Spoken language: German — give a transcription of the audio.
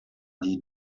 die